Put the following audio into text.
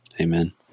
Amen